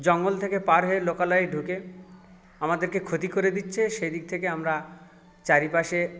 জঙ্গল থেকে পার হয়ে লোকালয় ঢুকে আমাদেরকে ক্ষতি করে দিচ্ছে সে দিক থেকে আমরা চারিপাশে